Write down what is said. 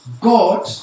God